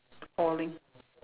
falling